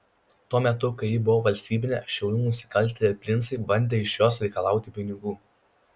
tuo metu kai ji buvo valstybinė šiaulių nusikaltėliai princai bandė iš jos reikalauti pinigų